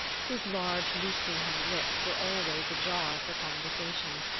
whose large loosely-hung lips were always ajar for conversation.